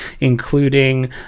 including